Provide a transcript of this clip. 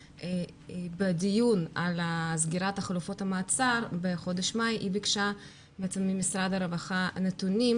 ובדיון על סגירת חלופות המעצר בחודש מאי היא ביקשה ממשרד הרווחה נתונים